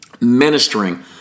ministering